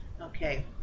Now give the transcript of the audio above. Okay